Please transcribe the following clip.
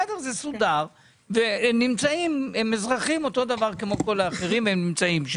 הם אזרחים בדיוק כמו כל האחרים.